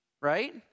right